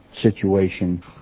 situation